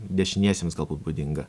dešiniesiems galbūt būdinga